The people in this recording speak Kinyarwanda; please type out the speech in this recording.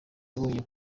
yabonye